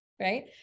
right